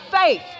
faith